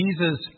Jesus